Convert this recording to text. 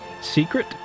secret